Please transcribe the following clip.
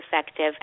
effective